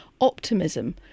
optimism